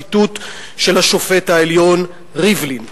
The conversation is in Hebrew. ציטוט של השופט העליון ריבלין,